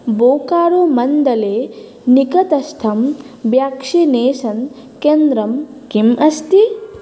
बोकारोमण्डले निकटस्थं ब्याक्षिनेषन् केन्द्रं किम् अस्ति